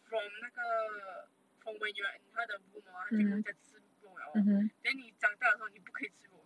from 那个 from when you are in 她的 womb hor 她就没有在吃肉 liao hor then 你长大的时候你不可以吃肉 eh